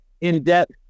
in-depth